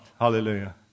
Hallelujah